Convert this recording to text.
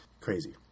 Crazy